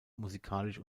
musikalisch